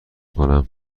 کنم